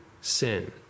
sin